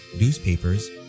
newspapers